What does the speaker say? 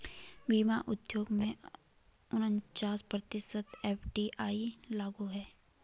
बीमा उद्योग में उनचास प्रतिशत एफ.डी.आई लागू है